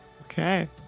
Okay